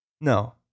No